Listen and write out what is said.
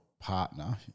partner